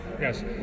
Yes